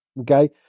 Okay